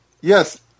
Yes